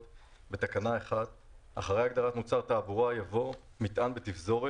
זאת אומרת, עד היום התקן הזה היה רשות.